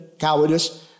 cowardice